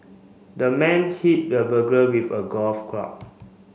the man hit the burglar with a golf club